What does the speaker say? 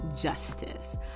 Justice